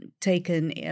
taken